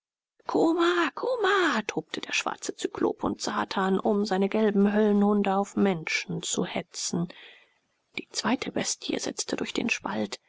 kuma kuma tobte der schwarze zyklop und satan um seine gelben höllenhunde auf menschen zu hetzen die zweite bestie setzte durch den spalt